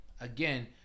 again